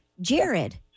Jared